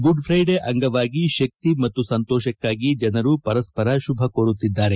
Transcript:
Good Friday ಅಂಗವಾಗಿ ಶಕ್ತಿ ಮತ್ತು ಸಂತೋಷಕ್ಕಾಗಿ ಜನರು ಪರಸ್ಪರ ಶುಭ ಕೋರುತ್ತಿದ್ದಾರೆ